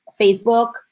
facebook